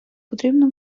потрібно